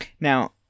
Now